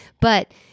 But-